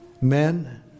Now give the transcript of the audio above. men